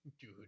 dude